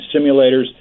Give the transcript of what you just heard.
simulators